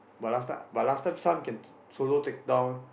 but last time but last time Sun can solo take down